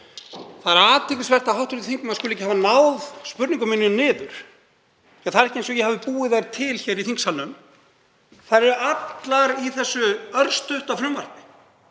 Það er athyglisvert að hv. þingmaður skuli ekki hafa náð spurningum mínum niður. Það er ekki eins og ég hafi búið þær til hér í þingsalnum, þær eru allar í þessu örstutta frumvarpi.